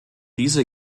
diese